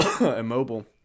immobile